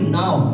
now